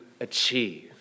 achieve